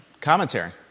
commentary